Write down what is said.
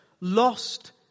lost